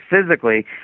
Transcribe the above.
physically